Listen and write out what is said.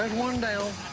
one down.